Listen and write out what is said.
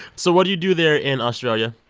so what do you do there in australia?